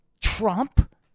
Trump